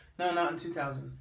no not in two thousand.